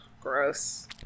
Gross